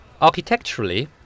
Architecturally